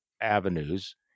avenues